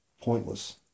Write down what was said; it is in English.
pointless